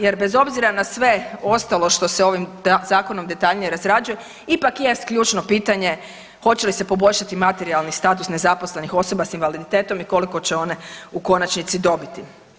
Jer bez obzira na sve ostalo što se ovim zakonom detaljnije razrađuje ipak jest ključno pitanje hoće li se poboljšati materijalni status nezaposlenih osoba sa invaliditetom i koliko će one u konačnici dobiti.